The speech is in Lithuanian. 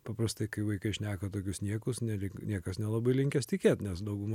paprastai kai vaikai šneka tokius niekus ne lyg niekas nelabai linkęs tikėt nes dauguma